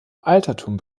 altertum